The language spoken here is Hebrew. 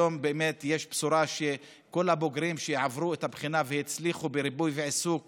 היום יש בשורה שכל הבוגרים שעברו את הבחינה והצליחו בריפוי בעיסוק